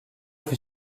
fut